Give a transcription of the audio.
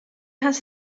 has